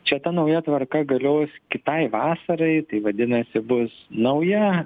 čia ta nauja tvarka galios kitai vasarai tai vadinasi bus nauja